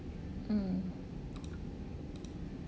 mm